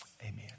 Amen